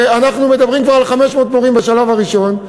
ואנחנו מדברים כבר על 500 מורים בשלב הראשון.